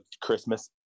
Christmas